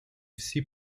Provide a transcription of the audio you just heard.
всі